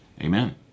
Amen